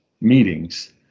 meetings